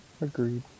Agreed